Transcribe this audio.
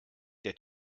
der